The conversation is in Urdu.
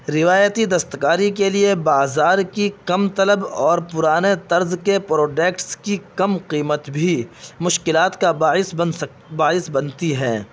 روایتی دستکاری کے لیے بازار کی کم طلب اور پرانے طرز کے پروڈیکٹس کی کم قیمت بھی مشکلات کا باعث بن سک باعث بنتی ہے